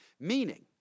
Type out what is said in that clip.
Meaning